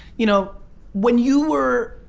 you know when you were,